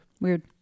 weird